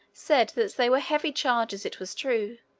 said that they were heavy charges it was true,